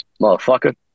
motherfucker